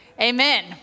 Amen